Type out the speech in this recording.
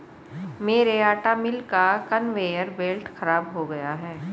मेरे आटा मिल का कन्वेयर बेल्ट खराब हो गया है